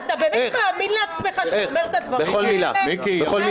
היא תהיה טובה מאוד.